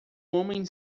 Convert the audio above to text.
homem